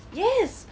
yes